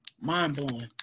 Mind-blowing